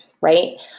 Right